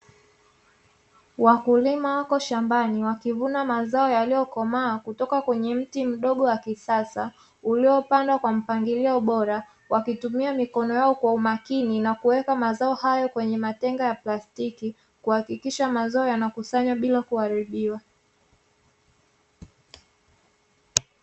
Wakulima wako shambani wakivuna mazao, yaliyokomaa kutoka kwenye mti mdogo wa kisasa ulipandwa kwa mpangilio bora, wakitumia mikono yao kwa umakini na kuweka mazao hayo kwenye matenga ya plastiki, kuhakikisha mazao yanakusanywa bila kuharibiwa.